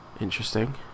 Interesting